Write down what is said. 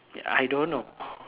ya I don't know